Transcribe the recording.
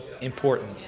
important